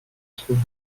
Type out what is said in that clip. trouve